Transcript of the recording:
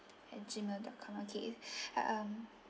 at gmail dot com okay um